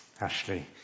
Ashley